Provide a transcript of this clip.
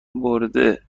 برده، ته